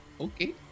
Okay